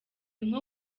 nko